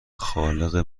خالق